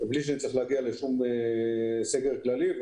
ויפטור אותנו מהחלת סגר כללי.